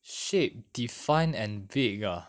shape defined and big ah